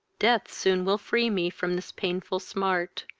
death soon will free me from this painful smart